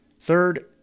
Third